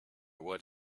what